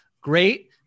great